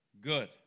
good